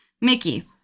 Mickey